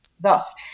Thus